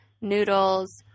noodles